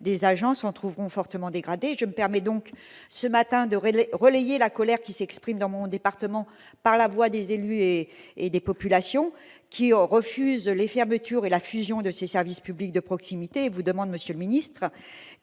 des agents s'en trouveront fortement dégradées. Je me permets donc, ce matin, de relayer la colère qui s'exprime dans mon département par la voix des élus et des populations, qui refusent la fermeture et la fusion de ces services publics de proximité, et vous demande, monsieur le secrétaire